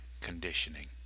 conditioning